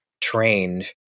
trained